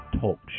Talk